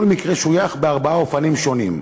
כל מקרה שויך בארבעה אופנים שונים: